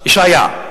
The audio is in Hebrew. ישעיה.